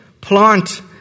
plant